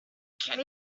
can